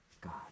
God